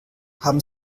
haben